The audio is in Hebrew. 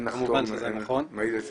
אין הנחתום מעיד על עיסתו.